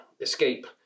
escape